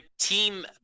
Team